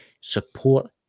support